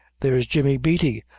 there's jimmy beatty,